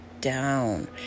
down